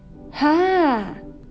!huh!